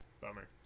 Bummer